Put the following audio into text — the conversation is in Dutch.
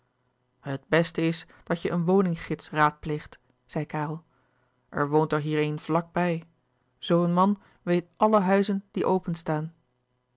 het beste is dat je een woninggids raadpleegt zei karel er woont er hier een vlak bij zoo een man weet alle huizen die openstaan